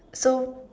so